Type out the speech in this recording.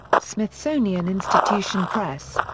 smithsonian institution press.